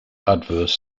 adverse